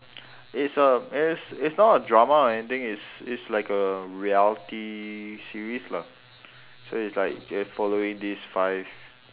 it's a it's it's not a drama or anything it's it's like a reality series lah so it's like they're following this five